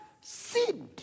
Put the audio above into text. seed